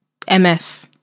MF